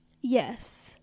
Yes